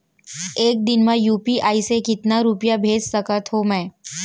एक दिन म यू.पी.आई से कतना रुपिया भेज सकत हो मैं?